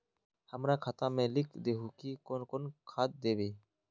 हमरा खाता में लिख दहु की कौन कौन खाद दबे?